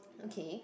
okay